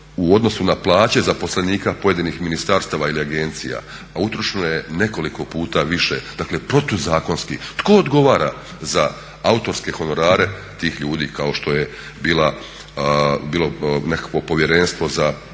u odnosu na plaće zaposlenika pojedinih ministarstava ili agencija, a utrošeno je nekoliko puta više, dakle protuzakonski. Tko odgovara za autorske honorare tih ljudi kao što je bilo nekakvo Povjerenstvo za